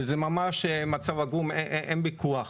וזה ממש מצב עגום, אין ויכוח.